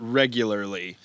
regularly